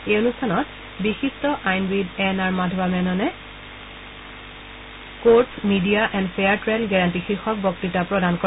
এই অনুষ্ঠানত বিশিষ্ট আইনবিদ এন আৰ মাধৱা মেননে courts media and fair trial guarantee শীৰ্ষক বক্তৃতা প্ৰদান কৰে